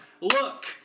look